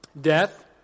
Death